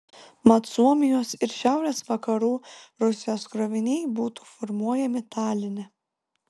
mat suomijos ir šiaurės vakarų rusijos kroviniai būtų formuojami taline